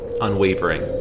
Unwavering